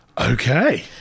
Okay